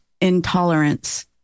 intolerance